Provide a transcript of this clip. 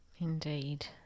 indeed